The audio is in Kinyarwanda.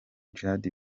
djihad